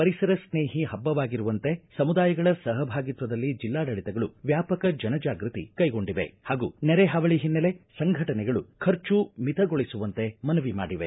ಪರಿಸರ ಸ್ನೇಹಿ ಪಬ್ಬವಾಗಿರುವಂತೆ ಸಮುದಾಯಗಳ ಸಹಭಾಗಿತ್ವದಲ್ಲಿ ಜಿಲ್ಲಾಡಳಿತಗಳು ವ್ಯಾಪಕ ಜನಜಾಗೃತಿ ಕೈಗೊಂಡಿವೆ ಹಾಗೂ ನೆರೆ ಹಾವಳಿ ಹಿನ್ನೆಲೆ ಸಂಘಟನೆಗಳು ಖರ್ಚು ಮಿತಿಗೊಳಿಸವಂತೆ ಮನವಿ ಮಾಡಿವೆ